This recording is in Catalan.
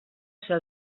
ser